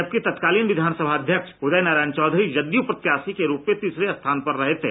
जबकि तत्कालीन विधान सभा अध्यक्ष उदय नारायण चौधरी जदयू प्रत्याशी के रुप में तीसरे स्थान पर रहे थे